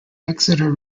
exeter